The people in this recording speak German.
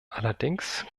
allerdings